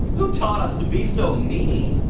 who taught us to be so mean,